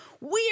weird